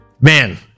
Man